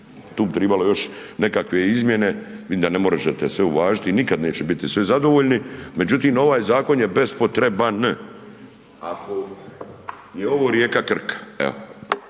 tu bi tribalo još nekakve izmjene, vidim da ne možete sve uvažiti i nikad neće biti svi zadovoljni, međutim, ovaj zakon je bes-po-tre-ban. Ako je ovo rijeka Krka,